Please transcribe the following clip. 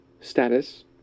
status